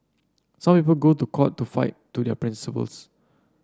some people go to court to fight to their principles